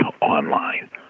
online